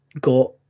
got